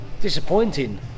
Disappointing